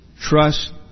Trust